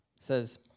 Says